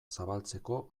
zabaltzeko